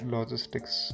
Logistics